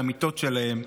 מהמיטות שלהם,